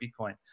Bitcoin